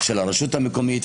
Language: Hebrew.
של הרשות המקומית.